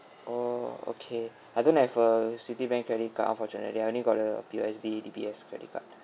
oh okay I don't have a citibank credit card unfortunately I only got the P_O_S_B D_B_S credit card